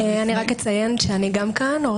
אציין שגם אני כאן תודה.